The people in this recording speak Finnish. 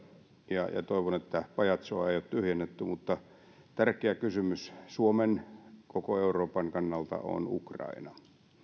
ja ja toivon että pajatsoa ei ole tyhjennetty tärkeä kysymys suomen koko euroopan kannalta on ukraina